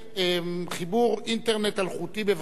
חיבור אינטרנט אלחוטי בבתי-ספר.